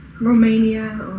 Romania